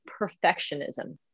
perfectionism